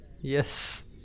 Yes